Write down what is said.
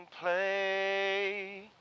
play